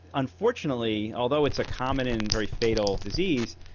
unfortunately, although it's a common and very fatal disease,